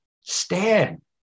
Stand